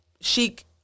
chic